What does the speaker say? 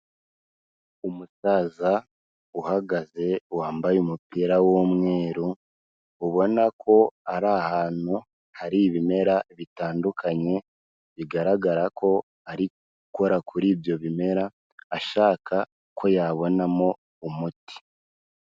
Umusaza uhagaze wambaye umupira w'umweru ubona ko ari ahantu hari ibimera bitandukanye, bigaragara ko ari gukora kuri ibyo bimera ashaka ko yabonamo umuti.